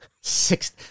six